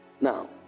Now